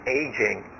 aging